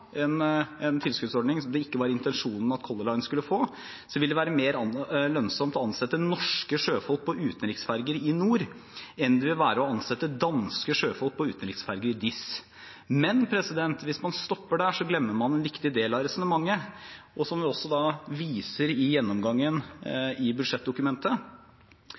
en tilskuddsordning som det ikke var intensjonen at Color Line skulle få, vil være mer lønnsømt å ansette norske sjøfolk på utenriksferger i NOR, enn det vil være å ansette danske sjøfolk på utenriksferger i DIS. Men hvis man stopper der, glemmer man en viktig del av resonnementet, for som vi også viser i gjennomgangen i budsjettdokumentet,